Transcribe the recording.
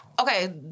Okay